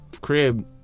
crib